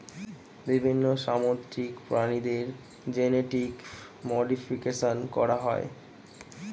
বিভিন্ন সামুদ্রিক প্রাণীদের জেনেটিক মডিফিকেশন করা হয়